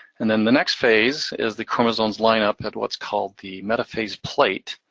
and then the next phase is the chromosomes line up at what's called the metaphase plate.